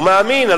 הוא מאמין.